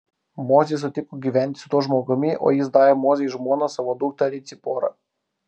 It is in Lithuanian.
mozė sutiko gyventi su tuo žmogumi o jis davė mozei žmona savo dukterį ciporą